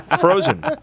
Frozen